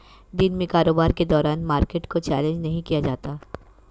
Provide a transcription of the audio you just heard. दिन में कारोबार के दौरान मार्केट को चैलेंज नहीं किया जाता